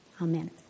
amen